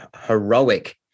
heroic